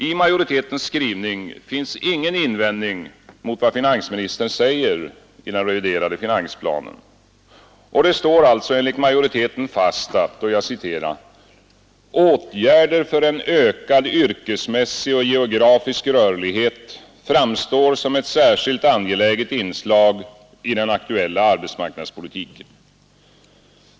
I majoritetens skrivning finns ingen invändning mot vad finansministern säger i den reviderade finansplanen. Det står alltså enligt majoriteten fast att ”åtgärder för en ökad yrkesmässig och geografisk år som ett särskilt angeläget inslag i den aktuella rörlighet framst arbetsmarknadspolitiken”.